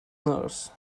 nurse